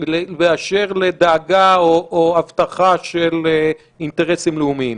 באשר לדאגה או להבטחה של אינטרסים לאומיים.